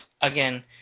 again –